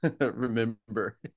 remember